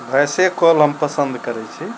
वॉइसे call हम पसन्द करय छी